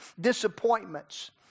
disappointments